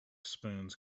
spoons